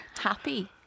happy